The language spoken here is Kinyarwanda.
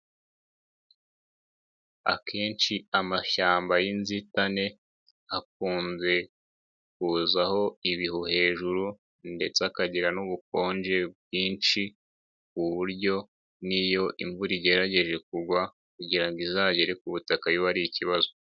Akenshi amashyamba y'inzitane akunze kuzaho ibihu hejuru ndetse akagira n'ubukonje bwinshi ku buryo n'iyo imvura igerageje kugwa, kugira ngo izagere ku butaka biba ari ikibazo.